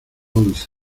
once